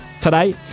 today